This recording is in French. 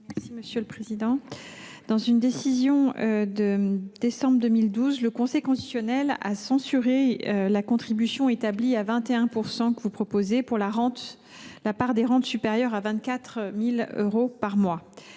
du Gouvernement ? Dans une décision de décembre 2012, le Conseil constitutionnel a censuré la contribution établie à 21 % que vous proposez pour la part des rentes supérieures à 24 000 euros par mois.